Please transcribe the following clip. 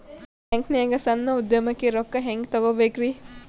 ಬ್ಯಾಂಕ್ನಾಗ ಸಣ್ಣ ಉದ್ಯಮಕ್ಕೆ ರೊಕ್ಕ ಹೆಂಗೆ ತಗೋಬೇಕ್ರಿ?